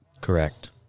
Correct